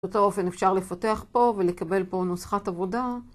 באותו אופן אפשר לפתח פה ולקבל פה נוסחת עבודה.